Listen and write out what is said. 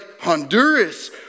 Honduras